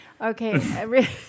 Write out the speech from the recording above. Okay